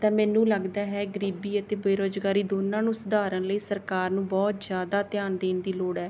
ਤਾਂ ਮੈਨੂੰ ਲੱਗਦਾ ਹੈ ਗਰੀਬੀ ਅਤੇ ਬੇਰੁਜ਼ਗਾਰੀ ਦੋਨਾਂ ਨੂੰ ਸੁਧਾਰਨ ਲਈ ਸਰਕਾਰ ਨੂੰ ਬਹੁਤ ਜ਼ਿਆਦਾ ਧਿਆਨ ਦੇਣ ਦੀ ਲੋੜ ਹੈ